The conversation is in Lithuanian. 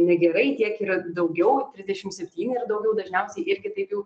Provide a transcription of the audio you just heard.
negerai kiek yra daugiau trisdešim septyni ir daugiau dažniausiai irgi taip jau